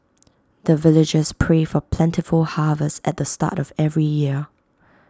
the villagers pray for plentiful harvest at the start of every year